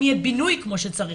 אם יהיה בינוי כמו שצריך,